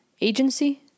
agency